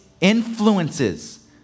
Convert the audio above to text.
influences